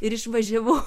ir išvažiavau